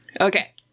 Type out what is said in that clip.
Okay